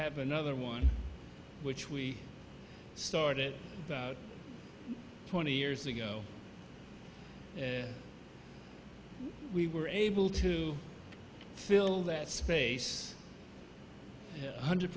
have another one which we started about twenty years ago and we were able to fill that space hundred